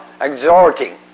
exhorting